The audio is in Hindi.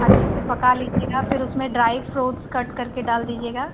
अच्छे से पका लीजिएगा फिर उसमें ड्राइ फ्रूट्स कट करके डाल दीजिएगा